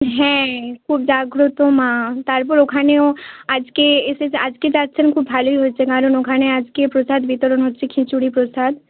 হ্যাঁ খুব জাগ্রত মা তারপর ওখানেও আজকে এসেছে আজকে যাচ্ছেন খুব ভালোই হয়েছে কারণ ওখানে আজকে প্রসাদ বিতরণ হচ্ছে খিচুড়ি প্রসাদ